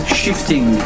shifting